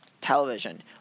television